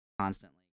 constantly